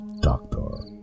Doctor